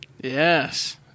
Yes